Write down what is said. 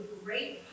great